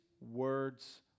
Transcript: words